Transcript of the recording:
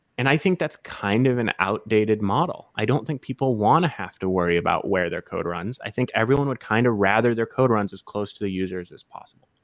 and i think that's kind of an outdated model. i don't think people want to have to worry about where their code runs. i think everyone would kind of rather their code runs as close to the users as possible.